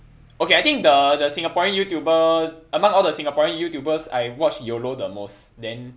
okay I think the the singaporean youtuber among all the singaporean youtubers I watch yeolo the most then